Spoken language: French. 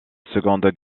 seconde